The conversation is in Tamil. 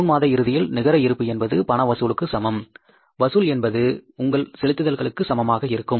ஜூன் மாத இறுதியில் நிகர இருப்பு என்பது பணம் வசூலுக்கு சமம் வசூல் என்பது உங்கள் செலுத்துதல்களுக்கு சமமாக இருக்கும்